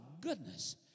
goodness